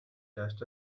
cast